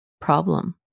problem